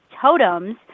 Totems